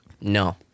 No